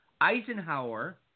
Eisenhower